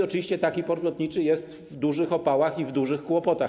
Oczywiście taki port lotniczy jest w dużych opałach i w dużych kłopotach.